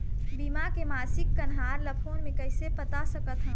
बीमा के मासिक कन्हार ला फ़ोन मे कइसे पता सकत ह?